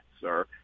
sir